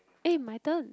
eh my turn